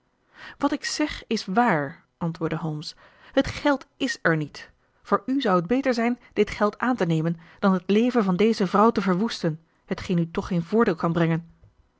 wat ik zeg is waar antwoordde holmes het geld is er niet voor u zou het beter zijn dit geld aan te nemen dan het leven van deze vrouw te verwoesten hetgeen u toch geen voordeel kan brengen